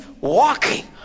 walking